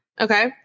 Okay